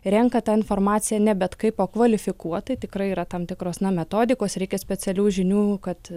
renka tą informaciją ne bet kaip o kvalifikuotai tikrai yra tam tikros na metodikos reikia specialių žinių kad